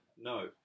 No